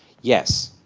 yes.